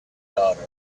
daughter